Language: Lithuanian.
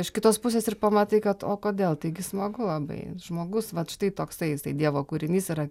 iš kitos pusės ir pamatai kad o kodėl taigi smagu labai žmogus vat štai toksai jisai dievo kūrinys yra